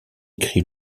écrit